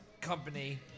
company